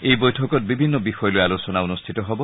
এই বৈঠকত বিভিন্ন বিষয় লৈ আলোচনা অনুষ্ঠিত হ'ব